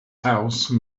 house